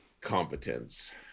competence